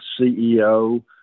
CEO